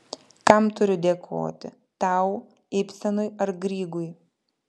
kam turiu dėkoti tau ibsenui ar grygui